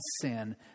sin